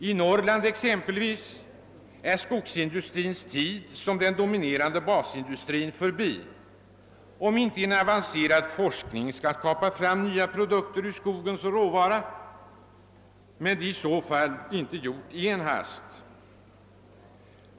I Norrland är exempelvis skogsindustrins tid som den dominerande basindustrin förbi, om inte en avancerad forskning kan skapa fram nya produkter med skogen som råvara. Detta är dock inte gjort i en hast.